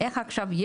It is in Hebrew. איך עכשיו,